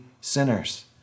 sinners